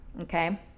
okay